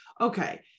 Okay